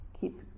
Keep